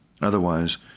Otherwise